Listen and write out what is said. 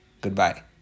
Goodbye